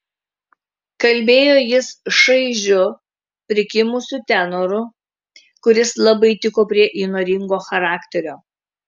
kalbėjo jis šaižiu prikimusiu tenoru kuris labai tiko prie įnoringo charakterio